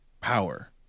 power